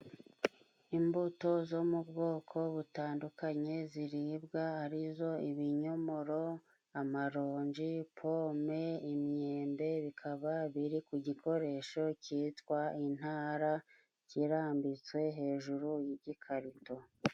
Imbuto zo mu bwoko butandukanye ziribwa, ari zo ibinyomoro, amaronji, pome, imyende, bikaba biri ku gikoresho cyitwa intara, kirambitswe hejuru y'igikarito.